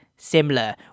similar